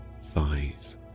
thighs